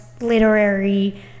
literary